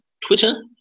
Twitter